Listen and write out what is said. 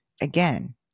Again